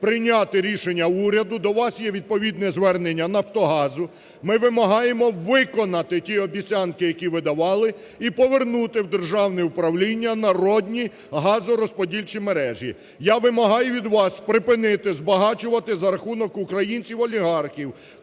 прийняти рішення уряду, до вас є відповідне звернення "Нафтогазу". Ми вимагаємо виконати ті обіцянки, які ви давали, і повернути в державне управління народні газорозподільчі мережі. Я вимагаю від вас припинити збагачувати за рахунок українців олігархів.